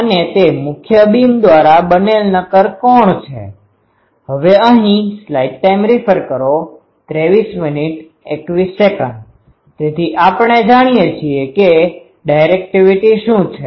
અને તે મુખ્ય બીમ દ્વારા બનેલ નક્કર કોણ છે તેથી આપણે જાણીએ છીએ કે ડાયરેક્ટિવિટી શું છે